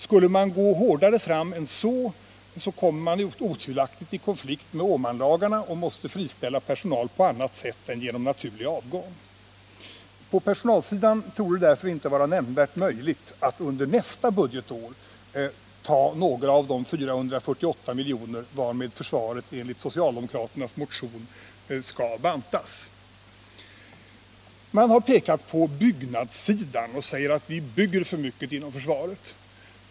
Skulle man gå hårdare fram än så, skulle man otvivelaktigt komma i konflikt med Åmanlagarna och bli tvungen att friställa personal på annat sätt än genom naturlig avgång. På personalsidan torde det därför inte vara möjligt att under nästa budgetår ta några av de 448 miljoner varmed försvaret enligt socialdemokraternas motion skall bantas. Man har pekat på byggnadssidan och sagt att vi bygger för mycket inom försvaret.